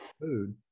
food